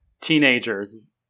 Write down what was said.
teenager's